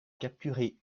capturer